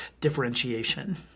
differentiation